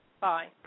Bye